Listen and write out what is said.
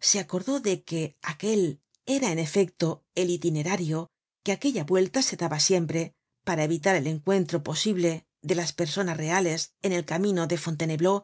se acordó de que aquel era en efecto el itinerario que aquella vuelta se daba siempre para evitar el encuentro posible de las personas reales en el camino de